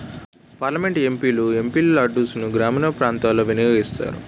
parliament MP లు MP లాడ్సును గ్రామీణ ప్రాంతాలలో వినియోగిస్తారు